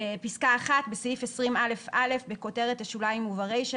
(1)בסעיף 20א(א) (א)בכותרת השוליים וברישה,